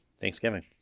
thanksgiving